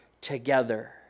together